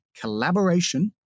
collaboration